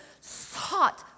sought